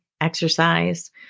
exercise